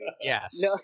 Yes